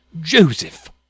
Joseph